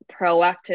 proactive